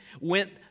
went